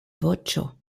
voĉo